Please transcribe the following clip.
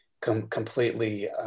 completely